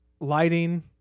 lighting